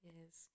Yes